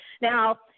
Now